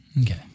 Okay